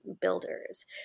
builders